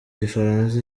gifaransa